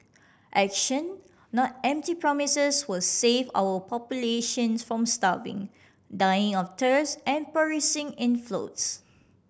action not empty promises will save our populations from starving dying of thirst and perishing in floods